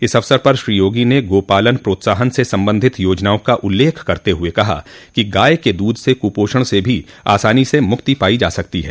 इस अवसर पर श्री योगी ने गोपालन प्रोत्साहन से संबंधित योजनाओं का उल्लेख करते हुए कहा कि गाय के दूध से कुपोषण से भी आसानी से मक्ति पाई जा सकती है